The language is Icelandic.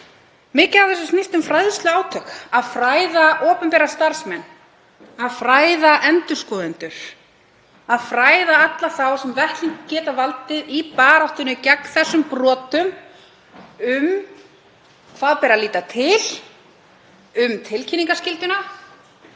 Mikið af þessu snýst um fræðsluátök, að fræða opinbera starfsmenn, að fræða endurskoðendur, að fræða alla þá sem vettlingi geta valdið í baráttunni gegn þessum brotum, um hvers beri að líta til, um tilkynningarskylduna